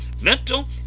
mental